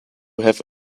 have